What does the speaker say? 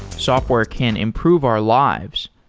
software can improve our lives,